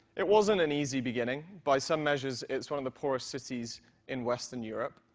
it wasn't an easy beginning. by some measures, it's one of the poorest cities in western europe.